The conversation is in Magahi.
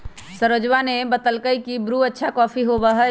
सरोजवा ने बतल कई की ब्रू अच्छा कॉफी होबा हई